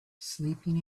sleeping